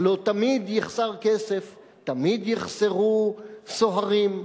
הלוא תמיד יחסר כסף, תמיד יחסרו סוהרים.